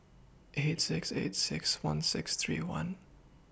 eight six eight six one six three one